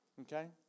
Okay